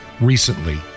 recently